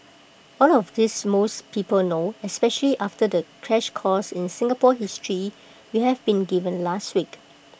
all of this most people know especially after the crash course in Singapore history we have been given last week